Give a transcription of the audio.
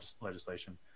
legislation